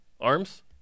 Arms